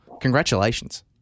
congratulations